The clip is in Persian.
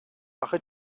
آخه